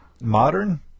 Modern